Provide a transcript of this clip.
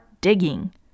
digging